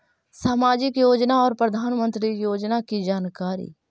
समाजिक योजना और प्रधानमंत्री योजना की जानकारी?